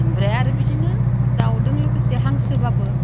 ओमफ्राय आरो बिदिनो दाउजों लोगोसे हांसोबाबो